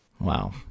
Wow